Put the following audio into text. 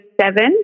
seven